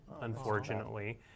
unfortunately